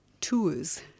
tours